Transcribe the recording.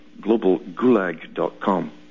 globalgulag.com